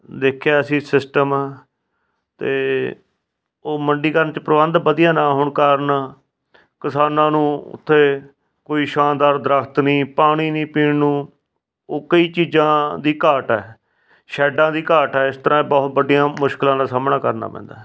ਦੇਖਿਆ ਅਸੀਂ ਸਿਸਟਮ ਅਤੇ ਉਹ ਮੰਡੀਕਰਨ 'ਚ ਪ੍ਰਬੰਧ ਵਧੀਆ ਨਾ ਹੋਣ ਕਾਰਨ ਕਿਸਾਨਾਂ ਨੂੰ ਉਥੇ ਕੋਈ ਸ਼ਾਨਦਾਰ ਦਰੱਖਤ ਨਹੀਂ ਪਾਣੀ ਨਹੀਂ ਪੀਣ ਨੂੰ ਉਹ ਕਈ ਚੀਜ਼ਾਂ ਦੀ ਘਾਟ ਹੈ ਸੈੱਡਾਂ ਦੀ ਘਾਟ ਹੈ ਇਸ ਤਰ੍ਹਾਂ ਬਹੁਤ ਵੱਡੀਆਂ ਮੁਸ਼ਕਿਲਾਂ ਦਾ ਸਾਹਮਣਾ ਕਰਨਾ ਪੈਦਾ ਹੈ